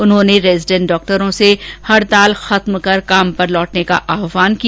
उन्होंने रेजीडेंट डॉक्टरों से हड़ताल समाप्त कर काम पर लौटने का आहवान किया